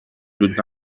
جود